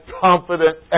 confident